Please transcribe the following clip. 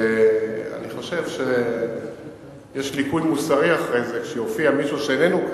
ואני חושב שיש ליקוי מוסרי אחרי זה שמופיע מישהו שאיננו כאן,